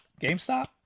GameStop